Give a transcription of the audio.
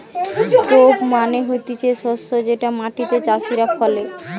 crop মানে হতিছে শস্য যেটা মাটিতে চাষীরা ফলে